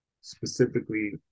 specifically